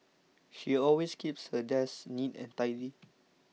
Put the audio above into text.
she always keeps her desk neat and tidy